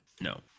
No